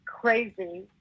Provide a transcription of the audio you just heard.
crazy